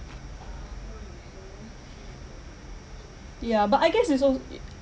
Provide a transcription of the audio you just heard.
ya but I guess it's also